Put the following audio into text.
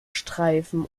streifen